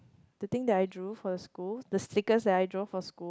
the thing that I drew for the school the stickers that I draw for school